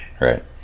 Right